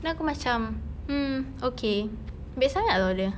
then aku macam hmm okay baik sangat lah dia